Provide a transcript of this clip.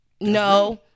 No